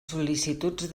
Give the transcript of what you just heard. sol·licituds